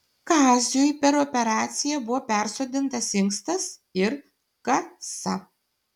kaziui per operaciją buvo persodintas inkstas ir kasa